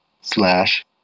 slash